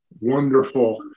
Wonderful